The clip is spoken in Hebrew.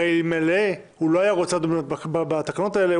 הרי אלמלא לא היה רוצה לדון בתקנות האלה,